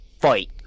fight